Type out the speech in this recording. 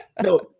No